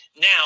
Now